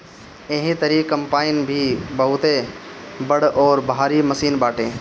एही तरही कम्पाईन भी बहुते बड़ अउरी भारी मशीन बाटे